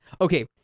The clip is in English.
Okay